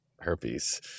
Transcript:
herpes